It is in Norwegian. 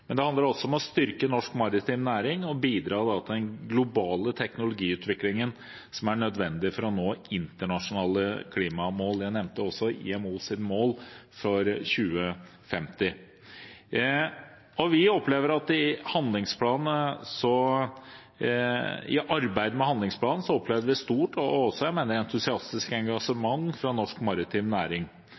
men det handler også om å styrke norsk maritim næring og bidra til den globale teknologiutviklingen som er nødvendig for å nå internasjonale klimamål. Jeg nevnte også IMOs mål for 2050. Vi opplevde i arbeidet med handlingsplanen et stort og entusiastisk engasjement fra norsk maritim næring.